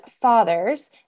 fathers